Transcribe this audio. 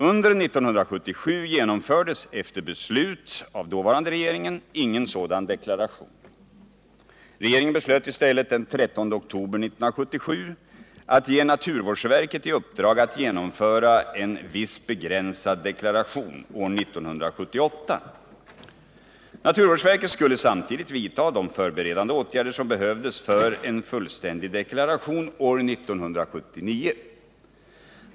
Under 1977 genomfördes efter beslut av regeringen ingen sådan deklaration. Regeringen beslöt i stället den 13 oktober 1977 att ge naturvårdsverket i uppdrag att genomföra en viss begränsad deklaration år 1978. Naturvårdsverket skulle samtidigt vidta de förberedande åtgärder som behövdes för en fullständig deklaration år 1979.